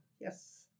yes